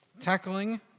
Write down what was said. tackling